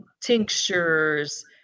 tinctures